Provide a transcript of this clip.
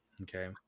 Okay